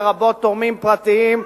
לרבות תורמים פרטיים.